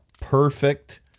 perfect